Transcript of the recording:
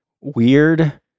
weird